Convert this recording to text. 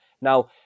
Now